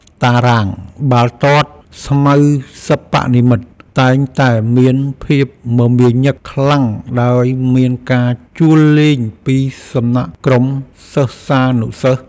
តារាងបាល់ទាត់ស្មៅសិប្បនិម្មិតតែងតែមានភាពមមាញឹកខ្លាំងដោយមានការជួលលេងពីសំណាក់ក្រុមសិស្សានុសិស្ស។